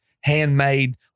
handmade